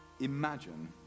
Imagine